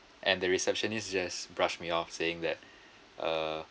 and the receptionist just brushed me off saying that uh